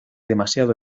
demasiado